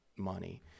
money